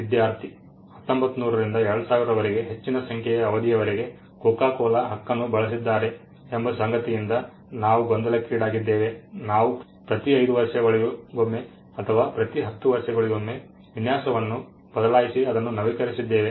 ವಿದ್ಯಾರ್ಥಿ 1900 ರಿಂದ 2000 ರವರೆಗೆ ಹೆಚ್ಚಿನ ಸಂಖ್ಯೆಯ ಅವಧಿಯವರೆಗೆ ಕೊಕೊ ಕೋಲಾ ಹಕ್ಕನ್ನು ಬಳಸಿದ್ದಾರೆ ಎಂಬ ಸಂಗತಿಯಿಂದ ನಾವು ಗೊಂದಲಕ್ಕೀಡಾಗಿದ್ದೇವೆ ನಾವು ಪ್ರತಿ 5 ವರ್ಷಗಳಿಗೊಮ್ಮೆ ಅಥವಾ ಪ್ರತಿ 10 ವರ್ಷಗಳಿಗೊಮ್ಮೆ ವಿನ್ಯಾಸವನ್ನು ಬದಲಾಯಿಸಿ ಇದನ್ನು ನವೀಕರಿಸಿದ್ದೇವೆ